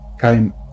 came